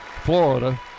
Florida